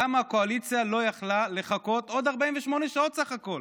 למה הקואליציה לא יכלה לחכות עוד 48 שעות בסך הכול?